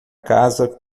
casa